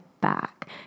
back